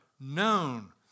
known